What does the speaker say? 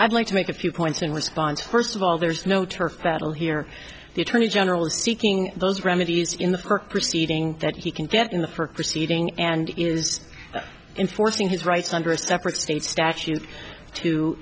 i'd like to make a few points in response first of all there's no turf battle here the attorney general is seeking those remedies in the park proceeding that he can get in the for proceeding and is enforcing his rights under a separate state statute to